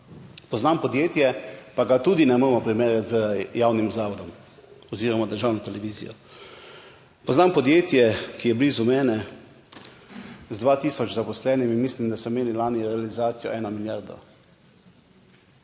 Poznam podjetje, pa ga tudi ne moremo primerjati z javnim zavodom oziroma državno televizijo. Poznam podjetje, ki je blizu mene, z 2000 zaposlenimi in mislim, da so imeli lani realizacijo eno milijardo.